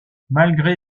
malgré